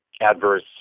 adverse